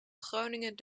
groningen